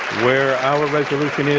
where our resolution is,